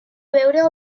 veure